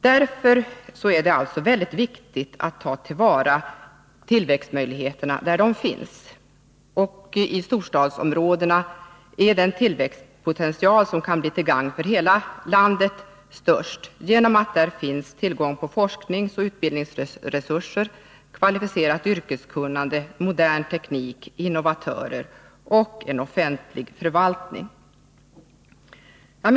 Därför är det också mycket viktigt att ta till vara tillväxtmöjligheterna där de finns. Och i Stockholmsområdet finns en tillväxtpotential som kan bli till gagn för hela landet. Här finns tillgång till forskningsoch utbildningsresurser, kvalificerat yrkeskunnande, modern teknik, innovatörer och en offentlig förvaltning.